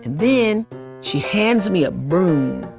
then she hands me a broom.